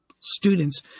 students